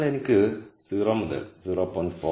അതിനാൽ എനിക്ക് 0 മുതൽ 0